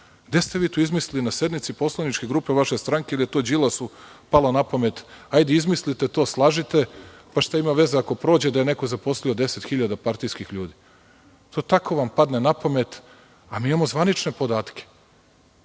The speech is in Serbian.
ste vi to izmislili? Na sednicama poslaničke grupe vaše stranke, ili je to Đilasu palo na pamet – hajde izmislite to, slažite, pa šta ima veze, ako prođe da je neko zaposlio 10.000 partijskih ljudi, i to vam tako padne na pamet. A mi imamo zvanične podatke,